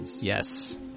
Yes